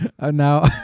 Now